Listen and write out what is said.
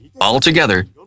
Altogether